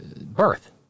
Birth